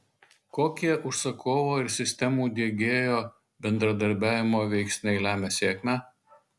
kokie užsakovo ir sistemų diegėjo bendradarbiavimo veiksniai lemia sėkmę